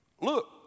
Look